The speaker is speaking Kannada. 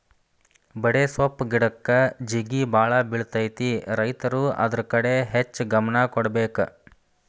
ಬಡೆಸ್ವಪ್ಪ್ ಗಿಡಕ್ಕ ಜೇಗಿಬಾಳ ಬಿಳತೈತಿ ರೈತರು ಅದ್ರ ಕಡೆ ಹೆಚ್ಚ ಗಮನ ಕೊಡಬೇಕ